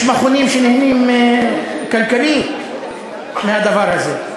יש מכונים שנהנים כלכלית מהדבר הזה.